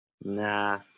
Nah